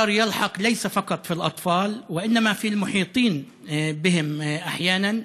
לא רק ילדים ניזוקים אלא גם הסובבים אותם לפעמים.